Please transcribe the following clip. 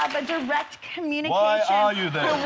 a direct community are you there